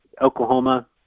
Oklahoma